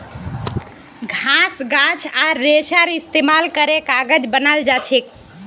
घास गाछ आर रेशार इस्तेमाल करे कागज बनाल जाछेक